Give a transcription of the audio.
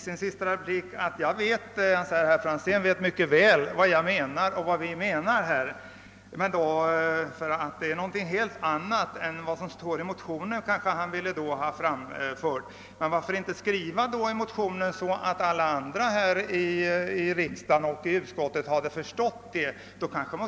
sin senaste replik sade herr Börjesson i Glömminge: »Herr Franzén vet mycket väl vad vi menar.» Det är något helt annat än vad som står i motionen, kanske han därmed ville antyda. Men varför då inte skriva motionen så att alla i riksdagen och utskottet förstår den?